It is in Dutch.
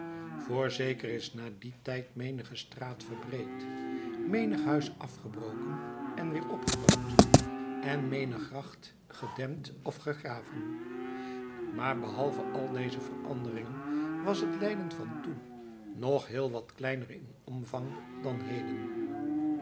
voorzeker is er na dien tijd menige straat verbreed menig huis afgebroken en weer opgebouwd en menige gracht gedempt of gegraven maar behalve al deze veranderingen was het leiden van toen nog heel wat kleiner in omvang dan heden